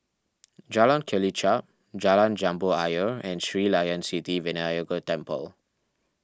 Jalan Kelichap Jalan Jambu Ayer and Sri Layan Sithi Vinayagar Temple